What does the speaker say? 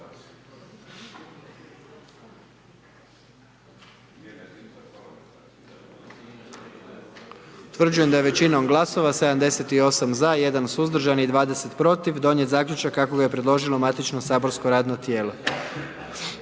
Utvrđujem da je većinom glasova 78 za i 1 suzdržan i 20 protiv donijet zaključak kako ga je predložilo matično saborsko radno tijelo.